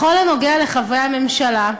בכל הנוגע לחברי הממשלה,